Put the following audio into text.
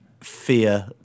fear